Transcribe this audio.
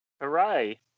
hooray